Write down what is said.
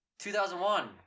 2001